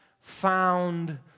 found